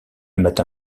matin